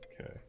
Okay